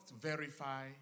verify